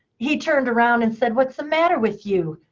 he turned around and said, what's the matter with you?